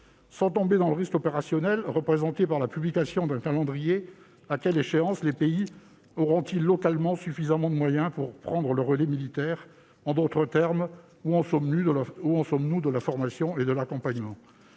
Sans tomber dans le risque opérationnel que ferait courir la publication d'un calendrier, à quelle échéance les pays auront-ils localement suffisamment de moyens pour prendre le relais militaire ? En d'autres termes, où en sommes-nous de la formation et de l'accompagnement ?